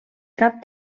cap